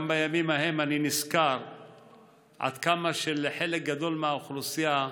גם בימים ההם אני נזכר עד כמה שלחלק גדול מהאוכלוסייה,